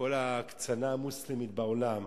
כל ההקצנה המוסלמית בעולם,